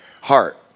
heart